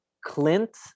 Clint